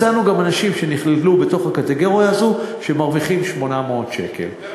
מצאנו גם אנשים שנכללו בקטגוריה הזו שמרוויחים 800 שקלים,